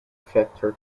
factory